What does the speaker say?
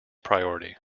priority